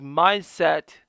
mindset